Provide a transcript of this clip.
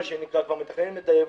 מה שנקרא כבר מתכננים את הייבוא,